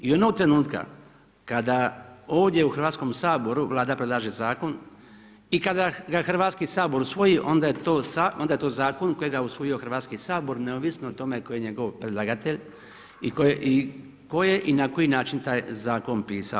I onog trenutka kada ovdje u Hrvatskom saboru Vlada predlaže zakon i kada ga Hrvatski sabor usvoji onda je to zakon kojega je usvojio Hrvatski sabor neovisno o tome tko je njegov predlagatelj i tko je i na koji način taj zakon pisao.